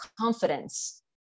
confidence